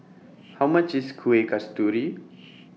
How much IS Kueh Kasturi